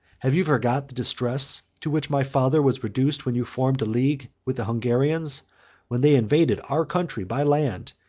have you forgot the distress to which my father was reduced when you formed a league with the hungarians when they invaded our country by land,